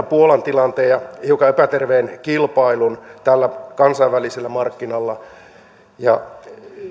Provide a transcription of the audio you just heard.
puolan tilanteen ja hiukan epäterveen kilpailun näillä kansainvälisillä markkinoilla ja